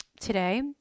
today